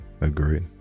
agreed